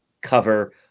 cover